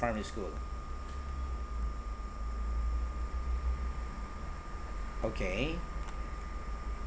primary school okay